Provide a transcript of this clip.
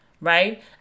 right